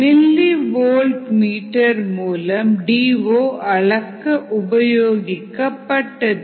milli volt metre மூலம் D O அளக்க உபயோகிக்கப்பட்டது